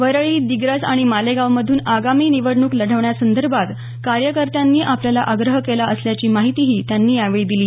वरळी दिग्रस आणि मालेगावमधून आगामी निवडणूक लढवण्यासंदर्भात कार्यकर्त्यांनी आपल्याला आग्रह केला असल्याची माहितीही त्यांनी यावेळी दिली